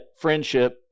friendship